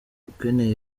ukeneye